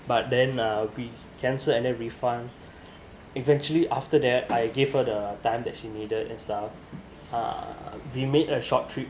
but then uh we cancel and then refund eventually after that I gave her the time that she needed and stuff uh we made a short trip